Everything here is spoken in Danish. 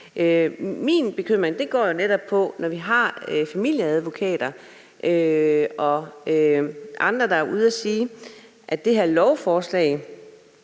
Min bekymring går netop på, at vi har familieadvokater og andre, der er ude og sige, at med det her lovforslag